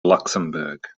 luxembourg